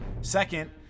Second